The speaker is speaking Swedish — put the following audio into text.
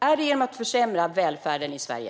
Är det genom att försämra välfärden i Sverige?